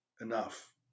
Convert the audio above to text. enough